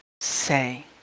say